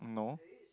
no